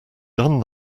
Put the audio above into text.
done